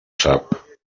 sap